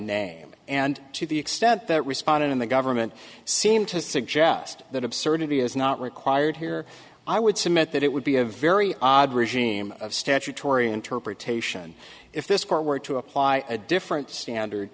name and to the extent that responded in the government seem to suggest that absurdity is not required here i would submit that it would be a very odd regime of statutory interpretation if this court were to apply a different standard